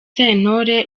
sentore